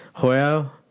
Joel